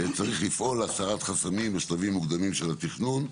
צריך לפעול להסרת חסמים בשלבים מוקדמים של התכנון,